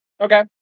Okay